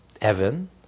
Evan